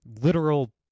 literal